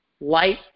Light